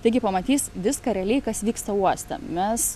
taigi pamatys viską realiai kas vyksta uoste mes